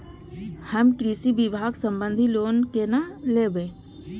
हम कृषि विभाग संबंधी लोन केना लैब?